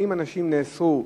40 אנשים נאסרו.